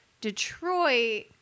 Detroit